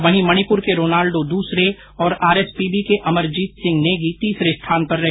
वहीं मणिपुर के रोनाल्डो दूसरे और आरएसपीवी के अमरजीत सिंह नेगी तीसरे स्थान पर रहे